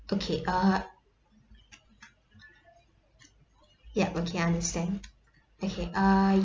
okay err yup okay I understand okay err